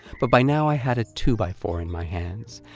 but by now i had a two by four in my hands,